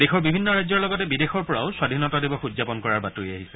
দেশৰ বিভিন্ন ৰাজ্যৰ লগতে বিদেশৰ পৰাও স্বাধীনতা দিৱস উদযাপন কৰাৰ বাতৰি আহিছে